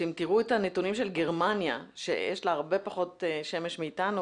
תראו את הנתונים של גרמניה שיש לה הרבה פחות שמש מאתנו